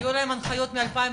היו להם הנחיות מ-2018,